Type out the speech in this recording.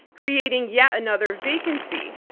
creating yet another vacancy.